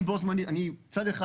מצד אחד,